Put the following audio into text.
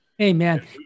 Amen